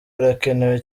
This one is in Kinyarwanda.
birakenewe